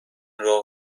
راهو